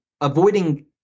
avoiding